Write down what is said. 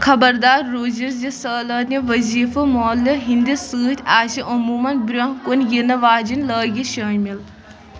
خبردار روٗزِیو زِ سالانہٕ وظیفہٕ مۅلہِ ہٕنٛدِس سٍتۍ آسہِ عموٗمَن برٛونٛہہ كُن یِنہٕ واجیٚنۍ لاگِتھ شٲمِل